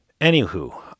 Anywho